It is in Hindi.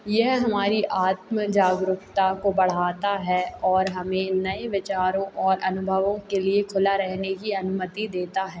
यह हमारी आत्म जागरुकता को बढ़ाता है और हमे नए विचारों और अनुभवों खुला रहने के लिए अनुमति देता है